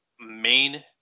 main